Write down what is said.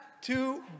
Two